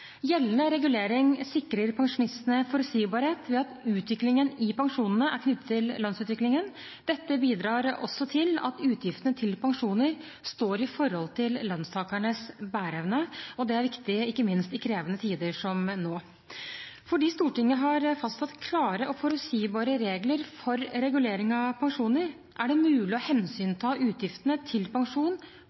Gjeldende regulering sikrer pensjonistene forutsigbarhet ved at utviklingen i pensjonene er knyttet til lønnsutviklingen. Dette bidrar også til at utgiftene til pensjoner står i forhold til lønnstakernes bæreevne, og det er viktig ikke minst i krevende tider som nå. Fordi Stortinget har fastsatt klare og forutsigbare regler for regulering av pensjoner, er det mulig å hensynta utgiftene til pensjon